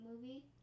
movie